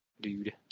Dude